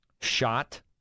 shot